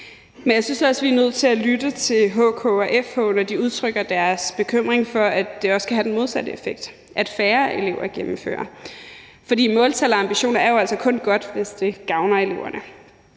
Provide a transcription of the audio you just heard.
Men jeg synes også, vi er nødt til at lytte til HK og FH, når de udtrykker deres bekymring for, at det også kan have den modsatte effekt: at færre elever gennemfører. For måltal og ambitioner er jo altså kun gode at have, hvis det gavner eleverne.